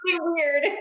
weird